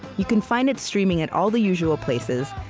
you can find it streaming at all the usual places,